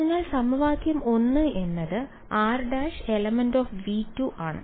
അതിനാൽ സമവാക്യം 1 എന്നത് r′ ∈ V2 ആണ്